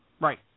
Right